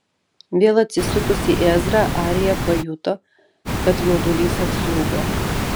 vėl atsisukusi į ezrą arija pajuto kad jaudulys atslūgo